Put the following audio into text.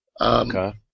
Okay